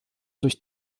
durch